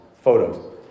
photos